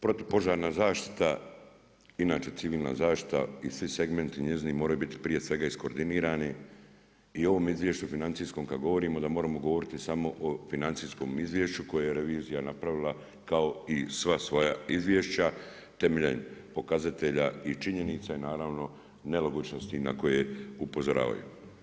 Protupožarna zaštita inače civilna zaštita i svi segmenti njezini moraju biti prije svega iskoordinirani i o ovom izvješću financijskom kad govorimo da moramo govoriti samo o financijskom izvješću koje je revizija napravila kao i sva svoja izvješća temeljem pokazatelja i činjenica i naravno nelogičnosti na koje upozoravaju.